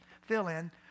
fill-in